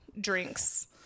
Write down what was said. drinks